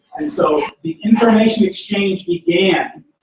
and so the information exchange began,